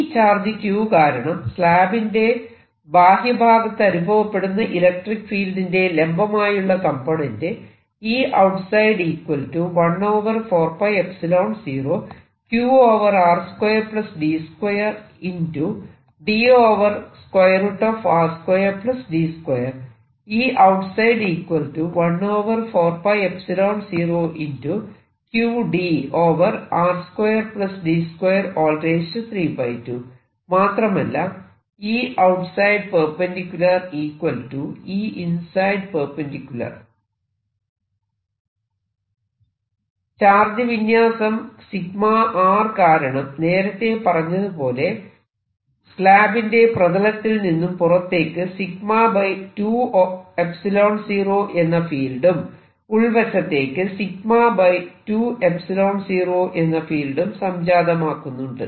ഈ charge q കാരണം സ്ലാബിന്റെ ബാഹ്യഭാഗത്ത് അനുഭവപ്പെടുന്ന ഇലക്ട്രിക്ക് ഫീൽഡിന്റെ ലംബമായുള്ള കംപോണന്റ് മാത്രമല്ല ചാർജ് വിന്യാസം കാരണം നേരത്തെ പറഞ്ഞതുപോലെ സ്ലാബിന്റ് പ്രതലത്തിൽ നിന്നും പുറത്തേക്ക് 2 0 എന്ന ഫീൽഡും ഉൾവശത്തേക്ക് 2 0 എന്ന ഫീൽഡും സംജാതമാക്കുന്നുണ്ട്